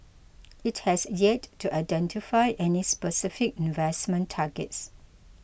it has yet to identify any specific investment targets